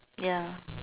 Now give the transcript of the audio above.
ya